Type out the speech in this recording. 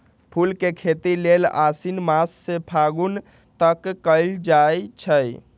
फूल के खेती लेल आशिन मास से फागुन तक कएल जाइ छइ